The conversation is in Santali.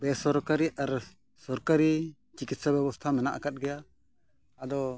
ᱵᱮᱥᱚᱨᱠᱟᱨᱤ ᱟᱨ ᱥᱚᱨᱠᱟᱨᱤ ᱪᱤᱠᱤᱛᱥᱟ ᱵᱮᱵᱚᱥᱛᱷᱟ ᱢᱮᱱᱟᱜ ᱟᱠᱟᱜ ᱜᱮᱭᱟ ᱟᱫᱚ